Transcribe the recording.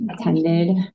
attended